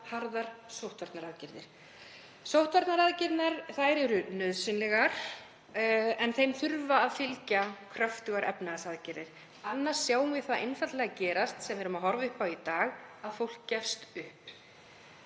hefur sett fram harðar sóttvarnaaðgerðir. Þær eru nauðsynlegar en þeim þurfa að fylgja kröftugar efnahagsaðgerðir. Annars sjáum við einfaldlega það gerast sem við erum að horfa upp á í dag, að fólk gefst upp.